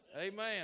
Amen